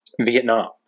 Vietnam